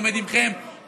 עומד איתכם,